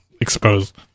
exposed